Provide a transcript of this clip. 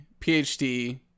PhD